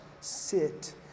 sit